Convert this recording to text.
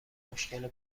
مشکل